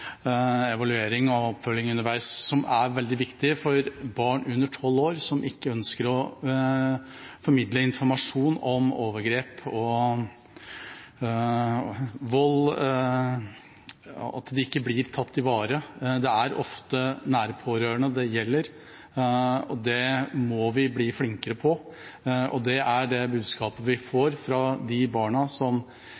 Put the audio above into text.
evaluering og oppfølging underveis, som er veldig viktig for barn under tolv år som ikke ønsker å formidle informasjon om overgrep og vold, og at de ikke blir tatt i vare. Det er ofte nære pårørende det gjelder. Det må vi bli flinkere på, og det er det budskapet vi